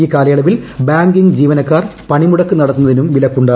ഇൌ കാലയളവിൽ ബാങ്കിംഗ് ജീവനക്കാർ പണിമുടക്ക് നടത്തുന്നതിനും വിലക്കുണ്ട്